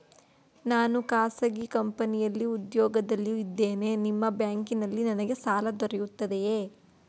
ನಾನು ಖಾಸಗಿ ಕಂಪನಿಯಲ್ಲಿ ಉದ್ಯೋಗದಲ್ಲಿ ಇದ್ದೇನೆ ನಿಮ್ಮ ಬ್ಯಾಂಕಿನಲ್ಲಿ ನನಗೆ ಸಾಲ ದೊರೆಯುತ್ತದೆಯೇ?